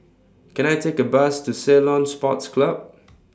Can I Take A Bus to Ceylon Sports Club